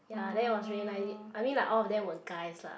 ya then it was really nice I mean like all of them were guys lah